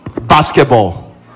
basketball